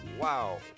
Wow